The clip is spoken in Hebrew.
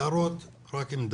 הערות רק אם דחוף.